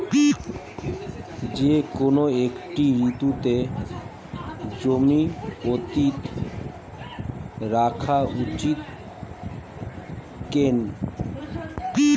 যেকোনো একটি ঋতুতে জমি পতিত রাখা উচিৎ কেন?